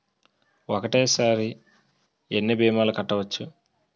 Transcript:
ఒక్కటేసరి ఎన్ని భీమాలు కట్టవచ్చు?